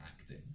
acting